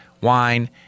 wine